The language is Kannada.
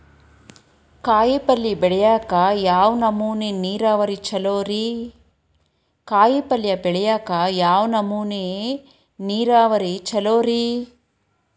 ಕಾಯಿಪಲ್ಯ ಬೆಳಿಯಾಕ ಯಾವ್ ನಮೂನಿ ನೇರಾವರಿ ಛಲೋ ರಿ?